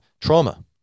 trauma